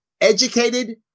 educated